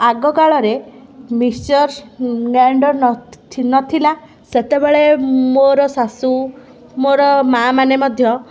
ଆଗ କାଳରେ mixer grinder ନ ନଥିଲା ସେତେବେଳେ ମୋର ଶାଶୁ ମୋର ମାଆମାନେ ମଧ୍ୟ